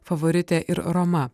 favoritė ir roma